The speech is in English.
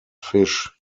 fish